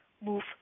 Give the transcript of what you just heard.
move